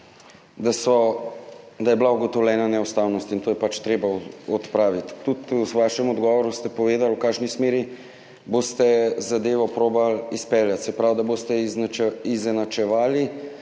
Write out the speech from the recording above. da je bila ugotovljena neustavnost in to je pač treba odpraviti. Tudi v vašem odgovoru ste povedali, v kakšni smeri boste zadevo poskusili izpeljati, se pravi da boste izenačevali